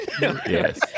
Yes